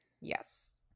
Yes